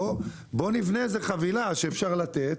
בואו נבנה איזו חבילה שאפשר לתת,